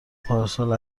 پارسال